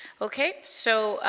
okay so